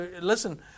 Listen